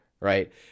Right